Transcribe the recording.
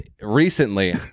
recently